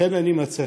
לכן אני מציע,